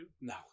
No